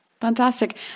fantastic